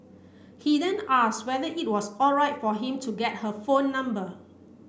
he then asked whether it was alright for him to get her phone number